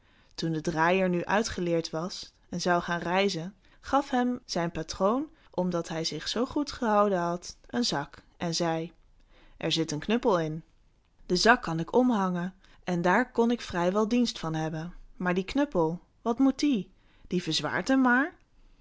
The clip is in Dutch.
toen de draaier nu uitgeleerd was en zou gaan reizen gaf hem zijn patroon omdat hij zich zoo goed gehouden had een zak en zei er zit een knuppel in de zak kan ik omhangen en daar kon ik vrij wel dienst van hebben maar die knuppel wat moet die die verzwaart hem maar